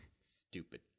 Stupid